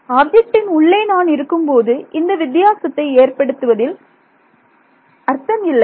ஆப்ஜெக்டின் உள்ளே நான் இருக்கும்போது இந்த வித்தியாசத்தை ஏற்படுத்துவதில் அர்த்தம் இல்லை